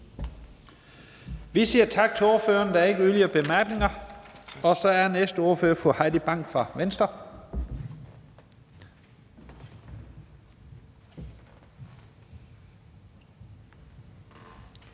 Vi siger tak til ordføreren. Der er ikke yderligere bemærkninger. Så er næste ordfører fru Heidi Bank fra Venstre.